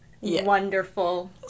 Wonderful